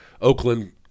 Oakland